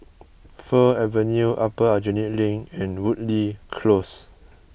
Fir Avenue Upper Aljunied Link and Woodleigh Close